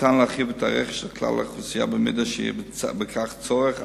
ניתן להרחיב את הרכש לכלל האוכלוסייה אם יהיה בכך צורך,